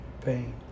pain